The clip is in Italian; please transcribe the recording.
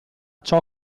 ciò